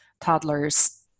toddlers